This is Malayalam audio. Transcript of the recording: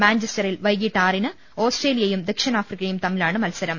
മാഞ്ചസ്റ്ററിൽ വൈകിട്ട് ആറിന് ഓസ്ട്രേലിയയും ദക്ഷിണാഫ്രിക്കയും തമ്മിലാണ് രണ്ടാം മത്സരം